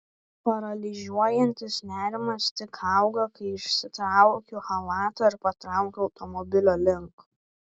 paralyžiuojantis nerimas tik auga kai išsitraukiu chalatą ir patraukiu automobilio link